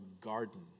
garden